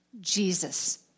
Jesus